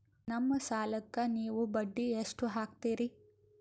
ನಮ್ಮ ಸಾಲಕ್ಕ ನೀವು ಬಡ್ಡಿ ಎಷ್ಟು ಹಾಕ್ತಿರಿ?